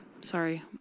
sorry